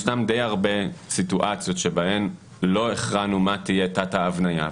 ישנן די הרבה סיטואציות שבהן לא הכרענו מה תהיה תת ההבניה,